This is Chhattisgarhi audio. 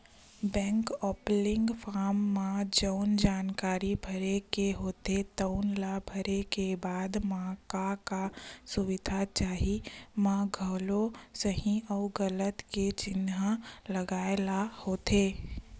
बेंक ओपनिंग फारम म जउन जानकारी भरे के होथे तउन ल भरे के बाद म का का सुबिधा चाही म घलो सहीं अउ गलत के चिन्हा लगाए ल होथे